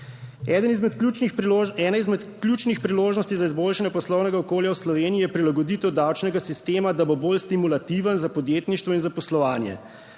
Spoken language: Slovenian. ena izmed ključnih priložnosti za izboljšanje poslovnega okolja v Sloveniji je prilagoditev davčnega sistema, da bo bolj stimulativen za podjetništvo in zaposlovanje.